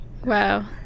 Wow